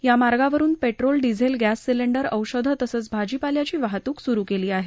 या मार्गावरून petrol diesel gas cylinder औषधं तसंच भाजीपाल्याची वाहतूक सुरू केली आहे